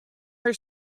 her